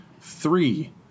Three